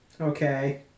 Okay